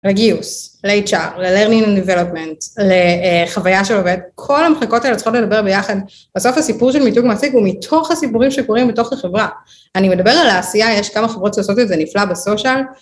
לגיוס, ל-HR, ל-learning and development, לחוויה של עובד, כל המחלקות האלה צריכות לדבר ביחד. בסוף הסיפור של מיתוג מסיק הוא מתוך הסיפורים שקורים בתוך החברה. אני מדבר על העשייה, יש כמה חברות שעשות את זה נפלאה ב-social.